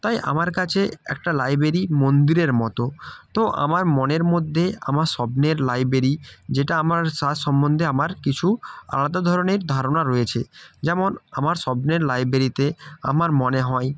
তাই আমার কাছে একটা লাইব্রেরি মন্দিরের মতো তো আমার মনের মধ্যে আমার স্বপ্নের লাইব্রেরি যেটা আমার সম্মন্ধে আমার কিছু আলাদা ধরনের ধারণা রয়েছে যেমন আমার স্বপ্নের লাইব্রেরিতে আমার মনে হয়